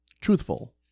Truthful